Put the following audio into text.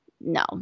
no